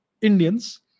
Indians